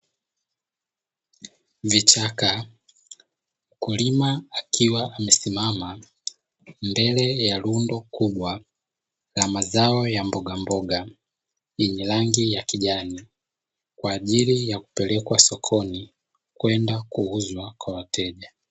Vichaka, mkulima akiwa amesimama mbele ya lundo kubwa la mazao ya mbogamboga, yenye rangi ya kijani kwa ajili ya kupelekwa sokoni kwenda kuuzwa kwa wateja.